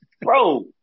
bro